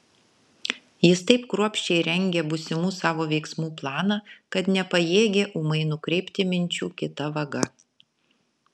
jis taip kruopščiai rengė būsimų savo veiksmų planą kad nepajėgė ūmai nukreipti minčių kita vaga